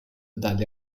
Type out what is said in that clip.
dalle